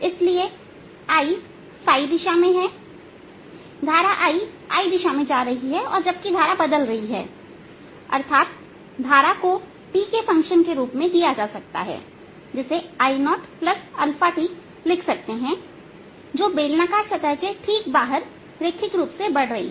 इसलिए Iधारा ɸ दिशा में लेते हैं धारा I I दिशा में जा रही है और जबकि धारा बदल रही है अर्थात धारा को समय t के फंक्शन के रूप में दिया जा सकता है जिसे I0 𝞪t लिख सकते हैं जो बेलनाकार सतह के ठीक बाहर रेखिक रूप से बढ़ रही है